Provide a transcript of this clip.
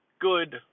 good